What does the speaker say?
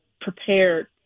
prepared